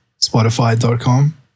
Spotify.com